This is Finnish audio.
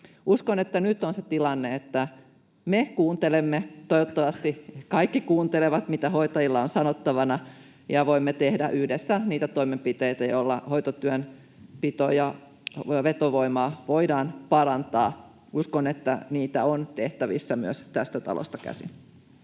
Uskon, että nyt on se tilanne, että me kuuntelemme — toivottavasti kaikki kuuntelevat — mitä hoitajilla on sanottavana, ja voimme tehdä yhdessä niitä toimenpiteitä, joilla hoitotyön pito- ja vetovoimaa voidaan parantaa. Uskon, että niitä on tehtävissä myös tästä talosta käsin.